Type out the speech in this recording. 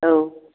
औ